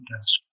desk